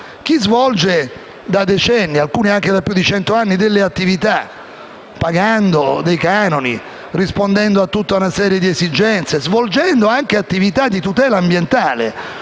Chi da decenni, alcuni anche da più di cento anni, pratica delle attività, pagando dei canoni, rispondendo a tutta una serie di esigenze e svolgendo anche attività di tutela ambientale